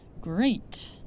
great